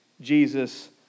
Jesus